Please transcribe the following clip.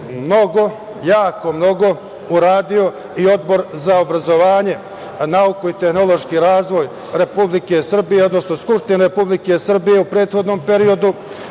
procesu jako mnogo uradio i Odbor za obrazovanje, nauku i tehnološki razvoj Republike Srbije, odnosno Skupštine Republike Srbije u prethodnom periodu,